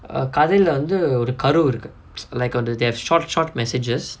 ah கதைல வந்து ஒரு கரு இருக்கு:kathaila vanthu oru karu irukku like வந்து:vanthu there short short messages